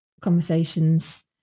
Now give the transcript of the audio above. conversations